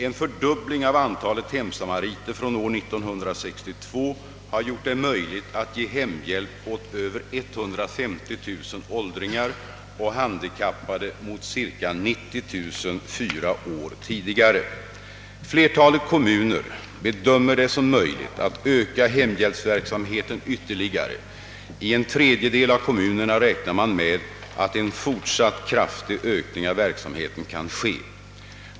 En fördubbling av antalet hemsamariter från år 1962 har gjort det möjligt att ge hemhjälp åt över 150 000 åldringar och handikappade mot ca 90000 fyra år tidigare. Flertalet kommuner bedömer det som möjligt att öka hemhjälpsverksamheten ytterligare; i en tredjedel av kommunerna räknar man med att en fortsatt kraftig ökning av verksamheten kan ske.